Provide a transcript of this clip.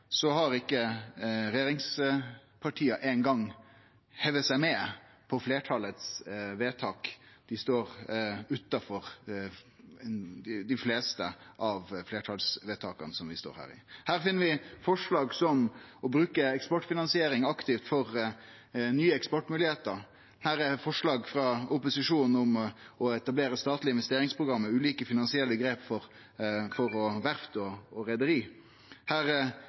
har ikkje regjeringspartia eingong hivd seg med på fleirtalsvedtaka; dei står utanfor dei fleste av fleirtalsvedtaka. Her finn vi forslag som å bruke eksportfinansiering aktivt for nye eksportmoglegheiter, her er forslag frå opposisjonen om å etablere statlege investeringsprogram med ulike finansielle grep for verft og reiarlag. Her finn vi bl.a. ei eiga satsing på fiskeflåten, som regjeringspartia ikkje støttar. Her